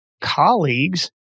colleagues